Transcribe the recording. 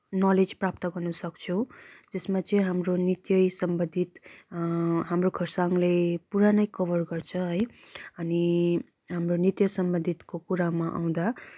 knowledge प्राप्त गर्न सक्छौँ जसमा चाहिँ हाम्रो नृत्य सम्बन्धित हाम्रो खरसाङले पुरा नै कभर गर्छ है अनि हाम्रो नृत्य सम्बन्धितको कुरामा आउँदा